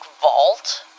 vault